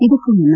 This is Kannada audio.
ಇದಕ್ಕೂ ಮುನ್ನ